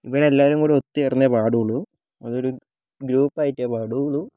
ഇവരെല്ലാവരും കൂടെ ഒത്തുചേർന്നേ പാടുള്ളൂ അതൊരു ഗ്രൂപ്പ് ആയിട്ടേ പാടുള്ളൂ